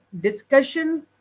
discussion